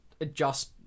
adjust